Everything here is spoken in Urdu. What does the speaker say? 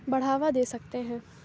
بڑھاوا دے سکتے ہیں